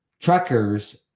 Truckers